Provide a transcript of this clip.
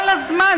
כל הזמן.